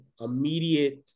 immediate